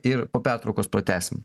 ir po pertraukos pratęsim